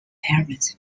parents